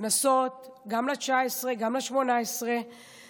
לכנסות השמונה-עשרה והתשע-עשרה,